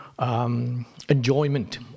enjoyment